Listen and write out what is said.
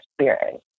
spirit